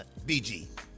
BG